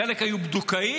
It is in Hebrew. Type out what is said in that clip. חלק היו בדוקאים.